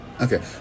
Okay